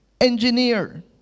engineer